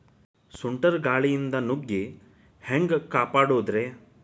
ಸುಂಟರ್ ಗಾಳಿಯಿಂದ ನುಗ್ಗಿ ಹ್ಯಾಂಗ ಕಾಪಡೊದ್ರೇ?